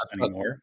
anymore